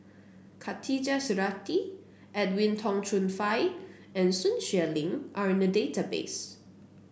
Khatijah Surattee Edwin Tong Chun Fai and Sun Xueling are in the database